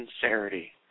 sincerity